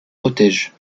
protège